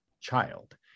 child